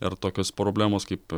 ar tokios problemos kaip